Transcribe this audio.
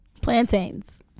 plantains